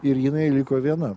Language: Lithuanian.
ir jinai liko viena